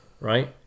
right